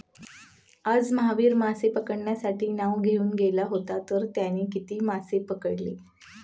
आज महावीर मासे पकडण्यासाठी नाव घेऊन गेला होता तर त्याने किती मासे पकडले?